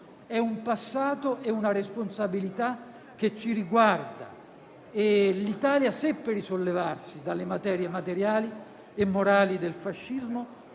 È un passato e una responsabilità che ci riguarda. L'Italia seppe risollevarsi dalle macerie materiali e morali del Fascismo